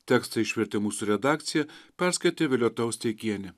tekstą išvertė mūsų redakcija perskaitė violeta osteikienė